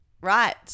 Right